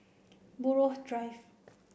Buroh Drive